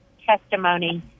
testimony